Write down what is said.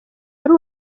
ari